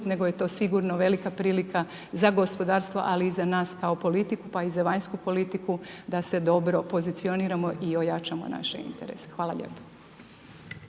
nego je to sigurno velika prilika za gospodarstvo, ali i za nas kao politiku, pa i za vanjsku politiku da se dobro pozicioniramo i ojačamo naše interese. Hvala lijepo.